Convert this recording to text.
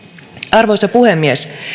arvoisa puhemies